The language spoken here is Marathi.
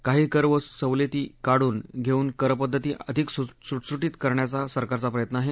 काही करसवलती काढून घेऊन करपद्धती अधिक सुटसुटीत करण्याचा सरकारचा प्रयत्न आहे